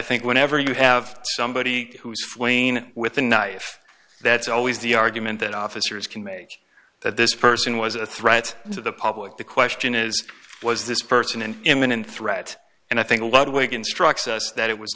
think whenever you have somebody who's flaming with a knife that's always the argument that officers can make that this person was a threat to the public the question is was this person an imminent threat and i think